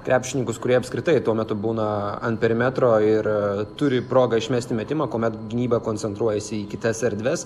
krepšininkus kurie apskritai tuo metu būna ant perimetro ir turi progą išmesti metimą kuomet gynyba koncentruojasi į kitas erdves